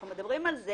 אנחנו מדברים על זה